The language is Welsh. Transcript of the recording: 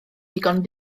ddigon